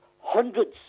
hundreds